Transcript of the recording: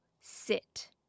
sit